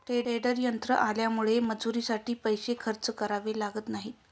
tedder यंत्र आल्यामुळे मजुरीसाठी पैसे खर्च करावे लागत नाहीत